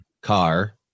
car